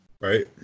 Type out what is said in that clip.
Right